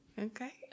okay